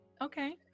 Okay